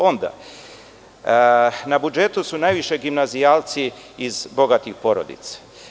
Onda, na budžetu su najviše gimnazijalci iz bogatih porodica.